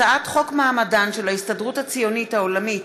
הצעת חוק מעמדן של ההסתדרות הציונית העולמית